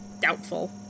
Doubtful